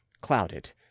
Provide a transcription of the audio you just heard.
clouded